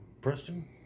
Preston